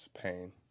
pain